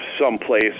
someplace